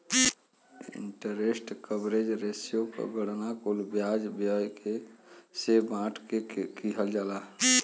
interest coverage ratio क गणना कुल ब्याज व्यय से बांट के किहल जाला